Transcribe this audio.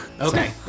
Okay